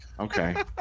Okay